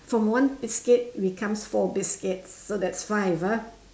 from one biscuit becomes four biscuit so that's five ah